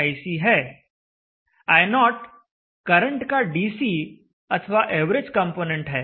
i0 current का DC अथवा average component है